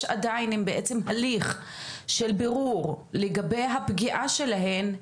עדיין בעניינן הליך בעצם של בירור לגבי הפגיעה שלהן,